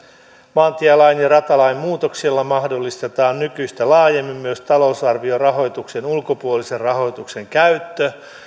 maantielain ja ratalain muutoksilla mahdollistetaan nykyistä laajemmin myös talousarviorahoituksen ulkopuolisen rahoituksen käyttö